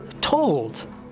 told